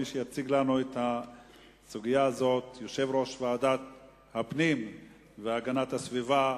מי שיציג לנו את הסוגיה הזאת הוא יושב-ראש ועדת הפנים והגנת הסביבה,